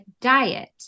diet